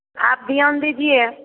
आप ध्यान दीजिए